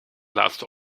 laatste